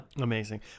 Amazing